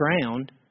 ground